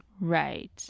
Right